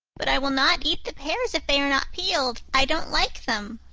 but i will not eat the pears if they are not peeled. i don't like them.